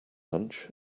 lunch